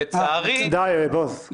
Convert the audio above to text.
די, בועז.